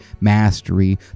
mastery